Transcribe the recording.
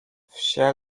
wsie